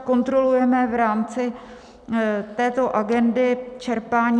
Kontrolujeme v rámci této agendy čerpání.